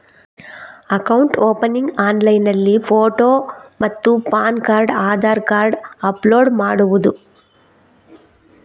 Account opening ಆನ್ಲೈನ್ನಲ್ಲಿ photo ಮತ್ತು PAN card Aadhaar card upload ಮಾಡುವುದು?